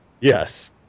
yes